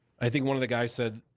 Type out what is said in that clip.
i think one of the guys said,